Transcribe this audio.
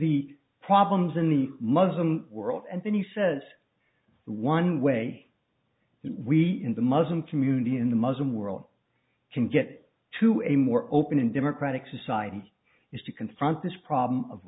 the problems in the muslim world and then he says the one way we in the muslim community in the muslim world can get to a more open and democratic society is to confront this problem of